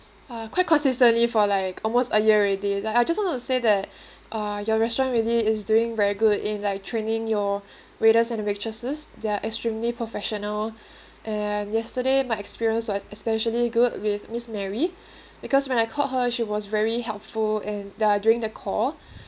uh quite consistently for like almost a year already like I just want to say that uh your restaurant really is doing very good in like training your waiters and of waitresses they're extremely professional and yesterday my experience was especially good with miss mary because when I called her she was very helpful and ya during the call